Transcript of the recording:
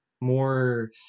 more